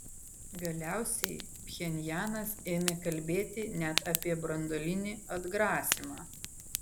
galiausiai pchenjanas ėmė kalbėti net apie branduolinį atgrasymą